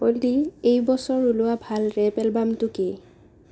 অ'লি এই বছৰ ওলোৱা ভাল ৰেপ এলবামটো কি